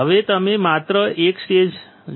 હવે તમે માત્ર એક સ્ટેજ જુઓ